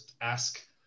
ask